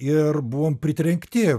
ir buvom pritrenkti